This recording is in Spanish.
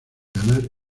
ganar